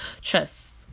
trust